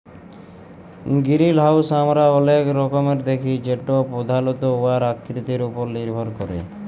greenhouse আমরা অলেক রকমের দ্যাখি যেট পধালত উয়ার আকৃতির উপর লির্ভর ক্যরে